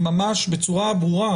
ממש, בצורה ברורה.